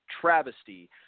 travesty